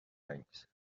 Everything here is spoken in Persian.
انگیزه